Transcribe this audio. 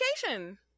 vacation